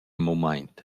mumaint